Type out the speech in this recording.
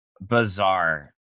bizarre